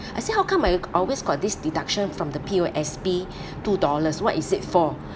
I said how come I always got this deduction from the P_O_S_B two dollars what is it for